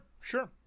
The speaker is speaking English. sure